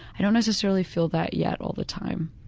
i don't necessarily feel that yet all the time.